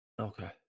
Okay